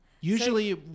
Usually